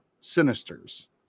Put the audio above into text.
Sinister's